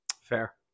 Fair